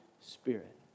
Spirit